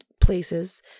places